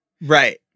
right